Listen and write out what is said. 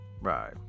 Right